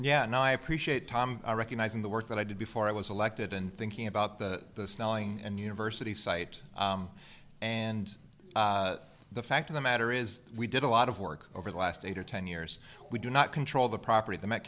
yeah and i appreciate tom recognizing the work that i did before i was elected and thinking about the snelling and university site and the fact of the matter is we did a lot of work over the last eight or ten years we do not control the property the m